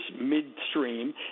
midstream